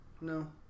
No